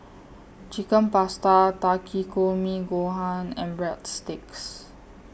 Chicken Pasta Takikomi Gohan and Breadsticks